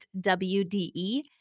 wde